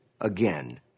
again